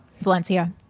valencia